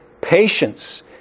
patience